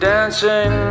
Dancing